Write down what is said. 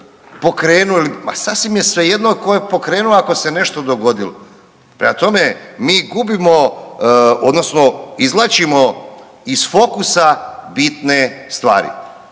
pokrenuo ili ma sasvim je svejedno tko je pokrenuo ako se nešto dogodilo. Prema tome, mi gubimo odnosno izvlačimo iz fokusa bitne stvari.